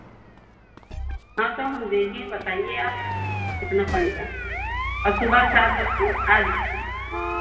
हाँ तो हम देंगे बताइए आप कितना पड़ेगा सुबह सात बजे आ जाइए